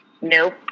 Nope